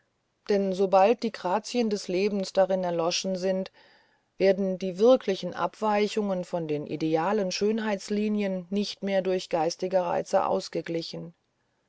denn sobald die grazien des lebens darin erloschen sind werden die wirklichen abweichungen von den idealen schönheitslinien nicht mehr durch geistige reize ausgeglichen